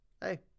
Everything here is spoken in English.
Hey